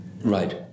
Right